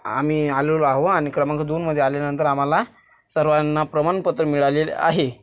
आम्ही आलेलो आहो आणि क्रमांक दोनमध्ये आल्यानंतर आम्हाला सर्वांना प्रमाणपत्र मिळालेले आहे